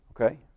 Okay